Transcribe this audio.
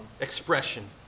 expression